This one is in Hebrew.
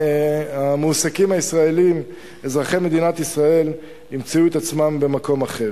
כשהמועסקים הישראלים אזרחי מדינת ישראל ימצאו את עצמם במקום אחר.